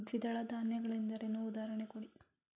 ದ್ವಿದಳ ಧಾನ್ಯ ಗಳೆಂದರೇನು, ಉದಾಹರಣೆ ಕೊಡಿ?